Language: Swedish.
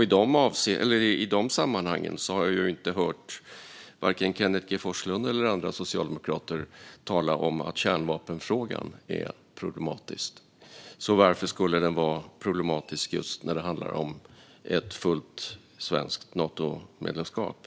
I de sammanhangen har jag inte hört vare sig Kenneth G Forslund eller andra socialdemokrater tala om att kärnvapenfrågan är problematisk. Så varför skulle den vara problematisk just när det handlar om ett fullt svenskt Natomedlemskap?